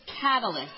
catalyst